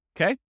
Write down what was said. Okay